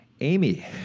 Amy